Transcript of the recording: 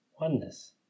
oneness